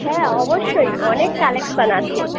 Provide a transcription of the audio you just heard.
হ্যাঁ অবশ্যই অনেক কালেকশান আছে